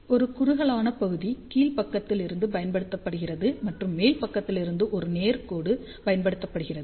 ஒரு குறுகலான பகுதி கீழ் பக்கத்தில் பயன்படுத்தப்படுகிறது மற்றும் மேல் பக்கத்தில் ஒரு நேர் கோடு பயன்படுத்தப்படுகிறது